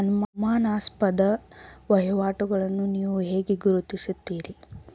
ಅನುಮಾನಾಸ್ಪದ ವಹಿವಾಟುಗಳನ್ನು ನೀವು ಹೇಗೆ ಗುರುತಿಸುತ್ತೀರಿ?